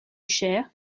cher